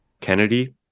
Kennedy